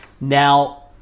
Now